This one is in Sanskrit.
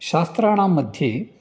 शास्त्राणां मध्ये